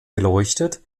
beleuchtet